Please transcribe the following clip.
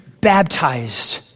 baptized